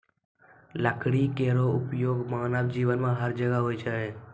लकड़ी केरो उपयोग मानव जीवन में हर जगह होय छै